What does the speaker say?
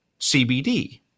CBD